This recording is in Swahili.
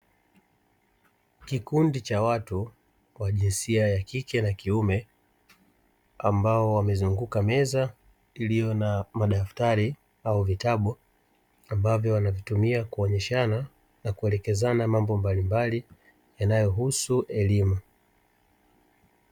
Kikundi cha watu wa jinsia ya kike na kiume ambao wamezunguka meza iliyo na madaftari, au vitabu ambavyo wanavitumia kuonyeshana na kuelekezana mambo mbalimbali yanayohusu elimu.